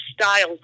styles